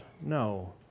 No